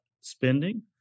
spending